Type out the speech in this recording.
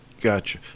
Gotcha